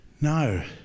No